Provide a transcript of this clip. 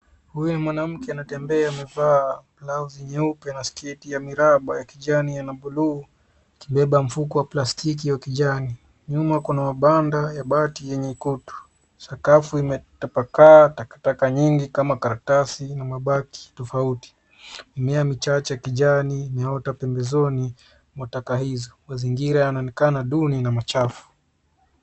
Huyu ni mwanamke anatembea, amevaa blausi nyeupe na sketi ya miraba ya kijani na buluu, akibeba mfuko wa plastiki wa kijani. Nyuma kuna banda la bati yenye kutu sakafu imetapaka takataka nyingi kama karatasi na mabaki tofauti. Mimea michache kijani imeota pembezoni mwa taka hizo, mazingira yanaonekana duni na machafu.